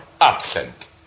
absent